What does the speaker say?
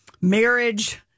marriage